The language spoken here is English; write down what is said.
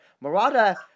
Murata